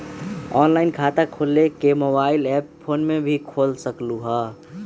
Online खाता खोले के मोबाइल ऐप फोन में भी खोल सकलहु ह?